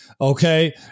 okay